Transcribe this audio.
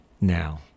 now